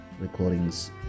recordings